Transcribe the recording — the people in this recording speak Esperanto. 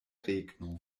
regno